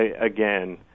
again